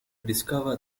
discover